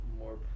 more